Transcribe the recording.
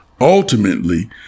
Ultimately